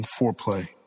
foreplay